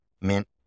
mint